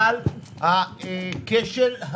קיבלתי את המכתב.